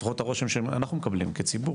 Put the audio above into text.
לפחות הרושם שאנחנו מקבלים כציבור,